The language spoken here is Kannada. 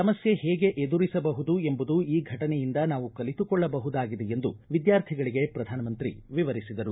ಸಮಸ್ಥೆ ಹೇಗೆ ಎದುರಿಸಬಹುದು ಎಂಬುದು ಈ ಘಟನೆಯಿಂದ ನಾವು ಕಲಿತುಕೊಳ್ಳಬಹುದಾಗಿದೆ ಎಂದು ವಿದ್ಯಾರ್ಥಿಗಳಿಗೆ ಪ್ರಧಾನಮಂತ್ರಿ ವಿವರಿಸಿದರು